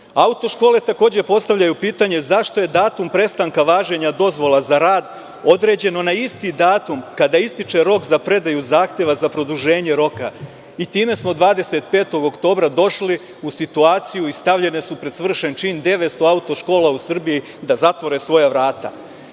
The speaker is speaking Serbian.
škole takođe postavljaju pitanje zašto je datum prestanka važenja dozvola za rad određeno na isti datum kada ističe rok za predaju zahteva za produženje roka i time smo 25. oktobra došli u situaciju i stavljene su pred svršen čin 900 auto škola u Srbiji da zatvore svoja vrata. Auto